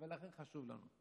ולכן זה חשוב לנו.